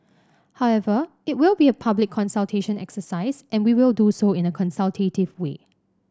however it will be a public consultation exercise and we will do so in a consultative way